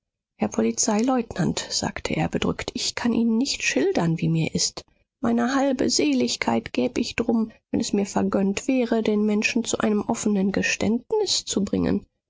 herr polizeileutnant sagte er bedrückt ich kann ihnen nicht schildern wie mir ist meine halbe seligkeit gäb ich drum wenn es mir vergönnt wäre den menschen zu einem offenen geständnis zu bringen